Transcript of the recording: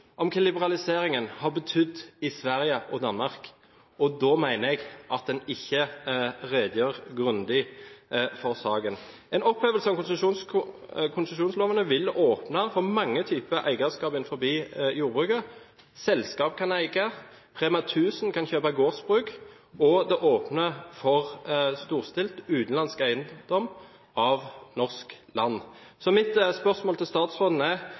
om hva liberaliseringen har betydd i Sverige og Danmark, og da mener jeg at en ikke redegjør grundig for saken. En opphevelse av konsesjonslovene vil åpne for mange typer eierskap innenfor jordbruket – selskap kan eie, REMA 1000 kan kjøpe gårdsbruk, og det åpner for storstilt utenlandsk eierskap av norsk land. Mitt spørsmål til statsråden er: